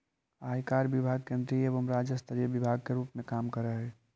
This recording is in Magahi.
आयकर विभाग केंद्रीय एवं राज्य स्तरीय विभाग के रूप में काम करऽ हई